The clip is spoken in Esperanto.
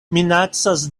minacas